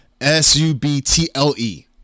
s-u-b-t-l-e